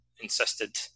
insisted